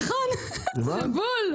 נכון, זה בול.